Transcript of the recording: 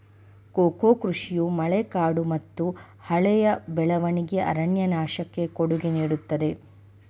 cocoa ಕೃಷಿಯು ಮಳೆಕಾಡುಮತ್ತುಹಳೆಯ ಬೆಳವಣಿಗೆಯ ಅರಣ್ಯನಾಶಕ್ಕೆ ಕೊಡುಗೆ ನೇಡುತ್ತದೆ